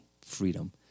freedom